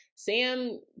Sam